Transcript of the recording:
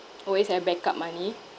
always have backup money